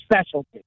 specialty